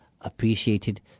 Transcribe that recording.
appreciated